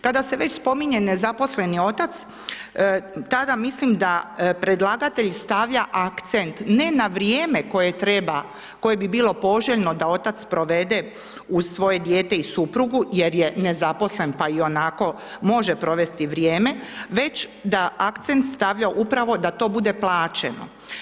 Kada se već spominje nezaposleni otac, tada mislim da predlagatelj stavlja akcent ne na vrijeme koje treba, koje bi bilo poželjno da otac provede uz svoje dijete i suprugu jer je nezaposlen pa ionako može provesti vrijeme već da akcent stavlja upravo da to bude plaćeno.